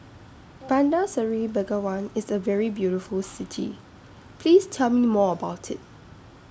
Bandar Seri Begawan IS A very beautiful City Please Tell Me More about IT